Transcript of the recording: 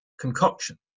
concoction